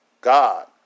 god